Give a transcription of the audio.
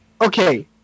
Okay